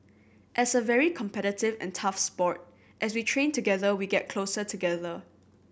as a very competitive and tough sport as we train together we get closer together